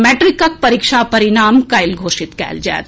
मैट्रिकक परीक्षा परिणाम काल्हि घोषित कएल जाएत